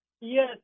Yes